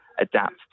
adapt